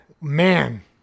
Man